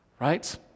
right